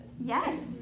Yes